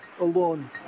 alone